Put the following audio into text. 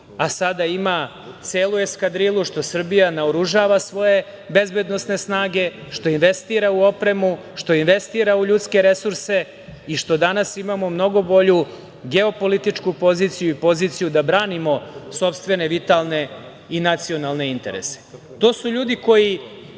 a sada ima celu eskadrilu što Srbija naoružava svoje bezbednosne snage, što investira u opremu, što investira u ljudske resurse i što danas imamo mnogo bolju geopolitičku poziciju i poziciju da branimo sopstvene vitalne i nacionalne interese. To su ljudi koji